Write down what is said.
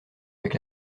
avec